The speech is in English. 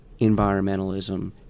environmentalism